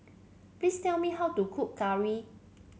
please tell me how to cook curry